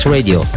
Radio